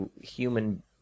human